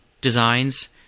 designs